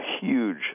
huge